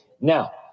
Now